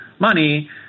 money